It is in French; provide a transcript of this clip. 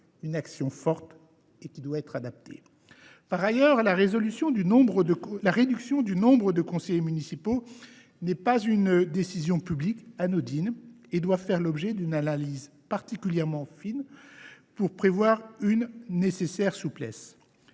une action forte et adaptée. Par ailleurs, la réduction du nombre de conseillers municipaux n’est pas une décision publique anodine. Elle doit faire l’objet d’une analyse particulièrement fine et s’accompagner d’une nécessaire souplesse.